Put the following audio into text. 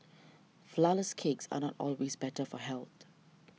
Flourless Cakes are not always better for health